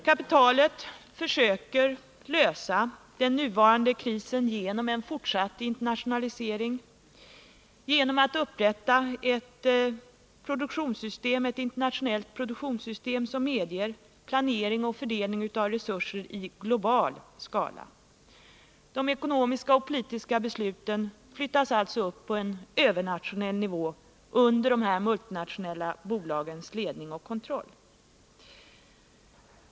Kapitalet försöker lösa den nuvarande krisen genom en fortsatt internationalisering, genom att upprätta ett internationellt produktionssystem som medeger planering och fördelning av resurser i global skala. De ekonomiska och politiska besluten flyttas alltså upp på en övernationell nivå under dessa multinationella bolags ledning och kontroll.